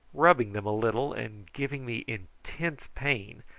rubbing them a little and giving me intense pain,